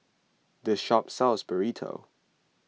this shop sells Burrito